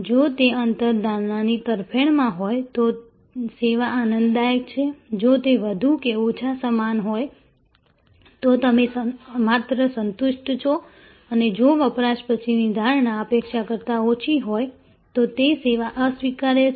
જો તે અંતર ધારણાની તરફેણમાં હોય તો સેવા આનંદદાયક છે જો તે વધુ કે ઓછા સમાન હોય તો તમે માત્ર સંતુષ્ટ છો અને જો વપરાશ પછીની ધારણા અપેક્ષા કરતાં ઓછી હોય અને તે સેવા અસ્વીકાર્ય છે